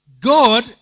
God